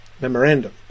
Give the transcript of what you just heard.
Memorandum